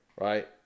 right